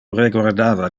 reguardava